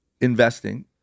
investing